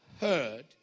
heard